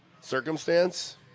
circumstance